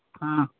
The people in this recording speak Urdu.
ہاں